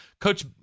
Coach